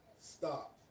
stop